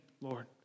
Lord